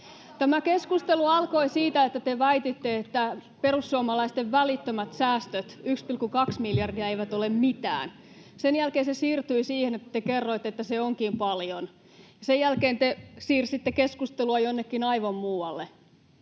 Tämä keskustelu alkoi siitä, että te väititte, että perussuomalaisten välittömät säästöt, 1,2 miljardia, eivät ole mitään. Sen jälkeen se siirtyi siihen, että te kerroitte, että se onkin paljon. Sen jälkeen te siirsitte keskustelua jonnekin aivan muualle.